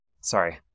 Sorry